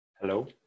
Hello